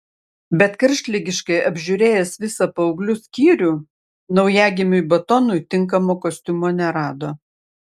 bet karštligiškai apžiūrėjęs visą paauglių skyrių naujagimiui batonui tinkamo kostiumo nerado